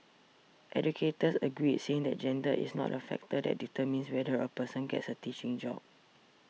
educators agreed saying that gender is not a factor that determines whether a person gets a teaching job